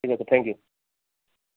ঠিক আছে thank U